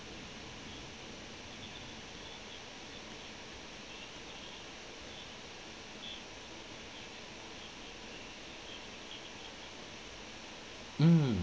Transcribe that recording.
mm